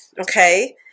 okay